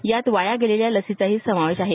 यात वाया गेलेल्या लसीचाही समावेश आहे